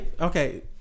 Okay